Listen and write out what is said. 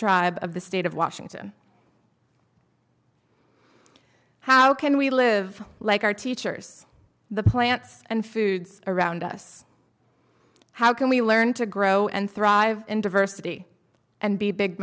tribe of the state of washington how can we live like our teachers the plants and foods around us how can we learn to grow and thrive and diversity and be big